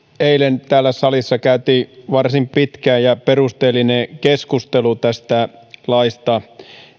eilen täällä salissa käytiin varsin pitkä ja perusteellinen keskustelu tästä laista